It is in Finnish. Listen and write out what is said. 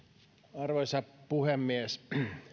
arvoisa puhemies